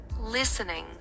listening